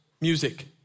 music